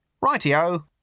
Righty-o